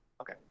Okay